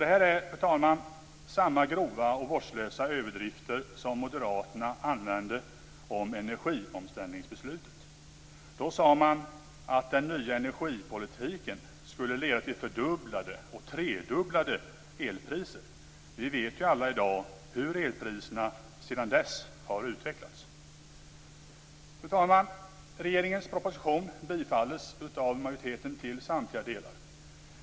Det här är, fru talman, samma grova och vårdslösa överdrifter som moderaterna använde om energiomställningsbeslutet. Då sade man att den nya energipolitiken skulle leda till fördubblade och tredubblade elpriser. Vi vet ju alla i dag hur elpriserna sedan dess har utvecklats. Fru talman! Regeringens proposition tillstyrks av majoriteten i samtliga delar.